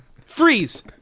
Freeze